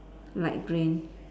light green